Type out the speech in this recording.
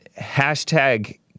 Hashtag